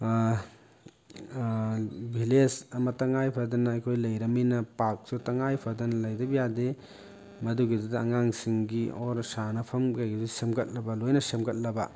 village ꯑꯃ ꯇꯉꯥꯏꯐꯗꯅ ꯑꯩꯈꯣꯏ ꯂꯩꯔꯝꯅꯤꯅ ꯄꯥꯔꯛꯁꯨ ꯇꯉꯥꯏꯐꯗꯅ ꯂꯩꯇꯕ ꯌꯥꯗꯦ ꯃꯗꯨꯒꯤꯗꯨꯗ ꯑꯉꯥꯡꯁꯤꯡꯒꯤ ꯑꯣꯔ ꯁꯥꯟꯅꯐꯝ ꯀꯩꯀꯩꯁꯨ ꯁꯦꯝꯒꯠꯂꯕ ꯂꯣꯏꯅ ꯁꯦꯝꯒꯠꯂꯕ